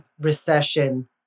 Recession